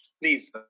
Please